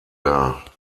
dar